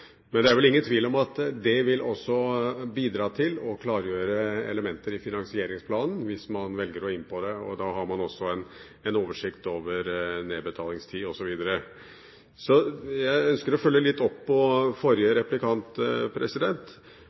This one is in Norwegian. Men det er vel ingen tvil om at det også vil bidra til å klargjøre elementer i finansieringsplanen hvis man velger å gå inn på det. Og da har man også en oversikt over nedbetalingstid osv. Jeg ønsker å følge opp forrige replikant